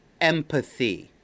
empathy